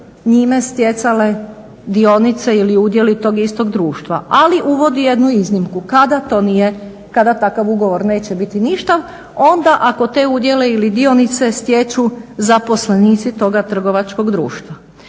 njime stjecale dionice ili udjeli tog istog društva. Ali uvodi jednu iznimku kada takav ugovor neće biti ništav onda ako te udjele ili dionice stječu zaposlenici toga trgovačkog društva.